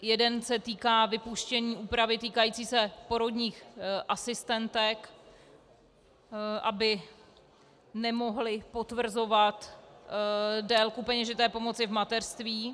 Jeden se týká vypuštění úpravy týkající se porodních asistentek, aby nemohly potvrzovat délku peněžité pomoci v mateřství.